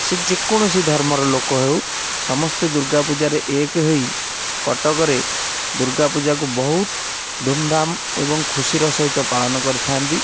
ସେ ଯେକୌଣସି ଧର୍ମର ଲୋକ ହେଉ ସମସ୍ତେ ଦୁର୍ଗା ପୂଜାରେ ଏକ ହୋଇ କଟକରେ ଦୁର୍ଗାପୂଜାକୁ ବହୁତ ଧୁମ୍ଧାମ୍ ଏବଂ ଖୁସିର ସହିତ ପାଳନ କରିଥାନ୍ତି